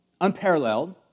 unparalleled